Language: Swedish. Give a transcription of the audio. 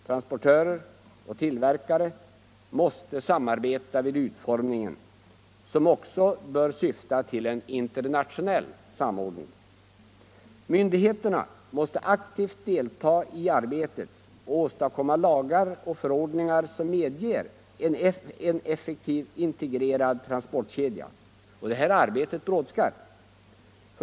Transportörer och tillverkare måste samarbeta vid utformningen, som också bör syfta till en internationell samordning. Myndigheterna måste aktivt delta i arbetet och åstadkomma lagar och förordningar, som "medger en effektiv integrerad transportkedja. Det här arbetet brådskar.